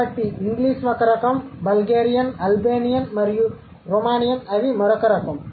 కాబట్టి ఇంగ్లీష్ ఒక రకం బల్గేరియన్ అల్బేనియన్ మరియు రుమానియన్ అవి మరొక రకం